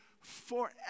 forever